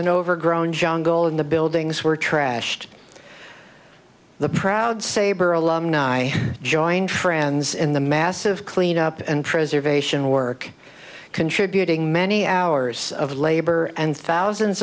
an overgrown jungle and the buildings were trashed the proud sabir alumni joined friends in the massive cleanup and preservation work contributing many hours of labor and thousands